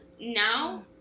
now